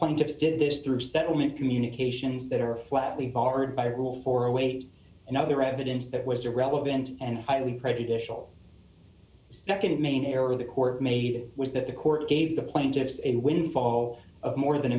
plaintiffs get this through settlement communications that are flatly barred by rule for a weight and other evidence that was irrelevant and highly prejudicial second main error the court made was that the court gave the plaintiffs a windfall of more than